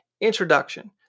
Introduction